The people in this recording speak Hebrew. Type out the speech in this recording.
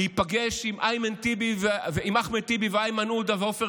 להיפגש עם אחמד טיבי ואיימן עודה ועופר